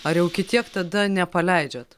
ar jau iki tiek tada nepaleidžiat